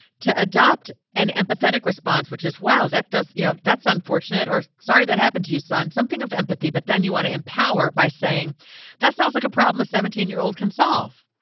to adopt an empathetic response, which is. wow, that does you know, that's unfortunate or sorry that happened to you, son. something of empathy. but then you want to empower by saying that sounds like a problem a seventeen year old can solve.